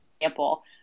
example